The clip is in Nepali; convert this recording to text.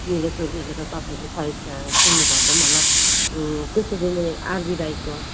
निलो चोली त तपाईँहरूले सायद सुन्नु भएको पनि होला त्यसरी नै आर बी राईको